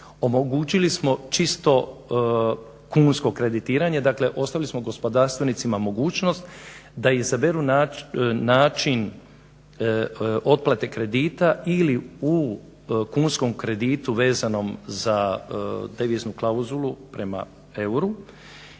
omogućili smo čisto kunsko kreditiranje. Dakle, ostavili smo gospodarstvenicima mogućnost da izaberu način otplate kredita ili u kunskom kreditu vezanom za deviznu klauzulu prema euru